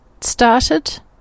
started